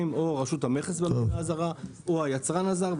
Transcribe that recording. או רשות המכס במדינה הזרה או היצרן הזר,